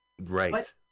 Right